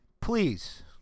please